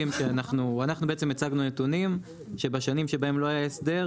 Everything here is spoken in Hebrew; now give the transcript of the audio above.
אנחנו בעצם הצגנו נתונים שבשנים שבהם לא היה הסדר,